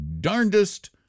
darndest